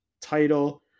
title